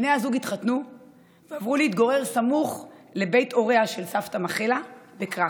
בני הזוג התחתנו ועברו להתגורר סמוך לבית הוריה של סבתא מכלה בקרקוב.